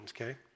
okay